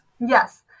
Yes